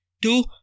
two